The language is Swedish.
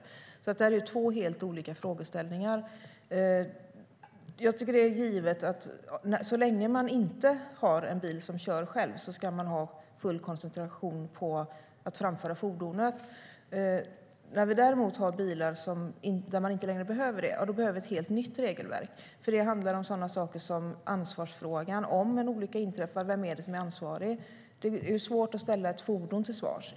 Det är två helt olika frågeställningar. Jag tycker att det är givet att så länge man inte har en bil som kör själv ska man ha full koncentration på att framföra fordonet. När vi däremot har bilar som inte längre kräver detta behöver vi ett helt nytt regelverk. Då handlar det om sådana saker som ansvarsfrågan. Om en olycka inträffar, vem är ansvarig? Det är ju svårt att ställa ett fordon till svars.